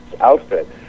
outfit